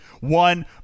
One